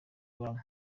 banki